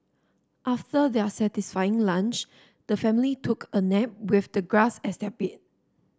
after their satisfying lunch the family took a nap with the grass as their bed